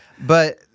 But-